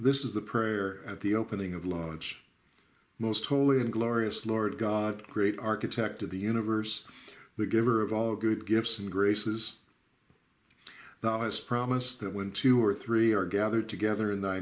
this is the prayer at the opening of large most holy and glorious lord god create architect of the universe the giver of all good gifts and graces that is promised that when two or three are gathered together in the